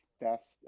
best